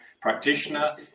practitioner